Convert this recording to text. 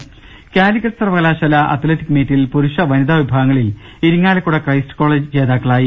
രുട്ടിട്ട്ട്ട്ട്ട്ട കാലിക്കറ്റ് സർവകലാശാല അത്ലറ്റിക് മീറ്റിൽ പുരുഷ വനിതാ വിഭാഗ ങ്ങളിൽ ഇരിങ്ങാലക്കുട ക്രൈസ്റ്റ് കോളേജ് ജേതാക്കളായി